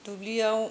दुब्लियाव